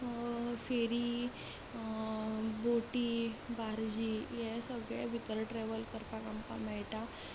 फेरी बोटी बार्जी हे सगलें भितर ट्रेवल करपाक आमकां मेळटा